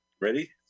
ready